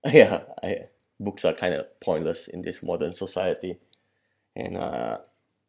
ah ya I books are kind of pointless in this modern society and uh